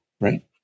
right